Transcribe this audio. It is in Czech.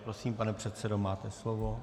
Prosím, pane předsedo, máte slovo.